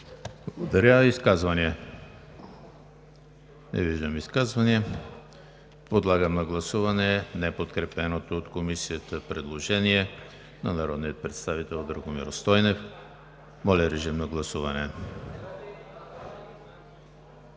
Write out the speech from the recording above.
Благодаря. Изказвания? Не виждам изказвания. Подлагам на гласуване неподкрепеното от Комисията предложение от народния представител Драгомир Стойнев. Гласували